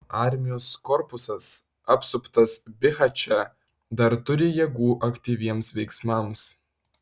armijos korpusas apsuptas bihače dar turi jėgų aktyviems veiksmams